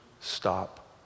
stop